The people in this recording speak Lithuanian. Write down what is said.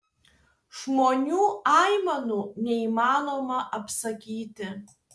žmonių aimanų neįmanoma apsakyti